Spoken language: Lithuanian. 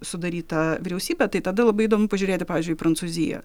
sudarytą vyriausybę tai tada labai įdomu pažiūrėti pavyzdžiui į prancūziją